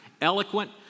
eloquent